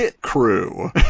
crew